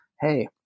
Hey